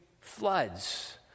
floods